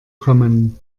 kommen